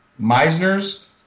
Meisner's